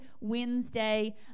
Wednesday